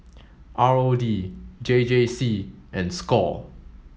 R O D J J C and Score